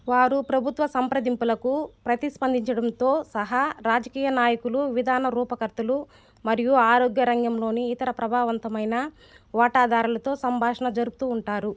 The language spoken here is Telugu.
వారు ప్రభుత్వ సంప్రదింపులకు ప్రతిస్పందించడంతో సహా రాజకీయ నాయకులు విధాన రూపకర్తలు మరియు ఆరోగ్య రంగంలోని ఇతర ప్రభావవంతమైన వాటాదారులతో సంభాషణ జరుపుతూ ఉంటారు